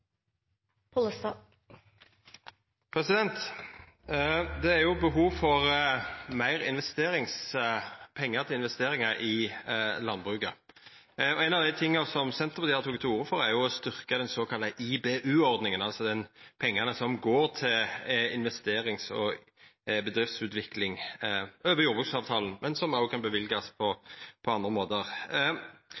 behov for meir pengar til investeringar i landbruket. Ein av dei tinga som Senterpartiet har teke til orde for, er å styrkja den såkalla IBU-ordninga – pengane som går til investerings- og bedriftsutvikling over jordbruksavtalen, men som òg kan løyvast på